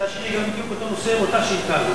השאילתא שלי בדיוק באותו נושא עם אותה שאילתא.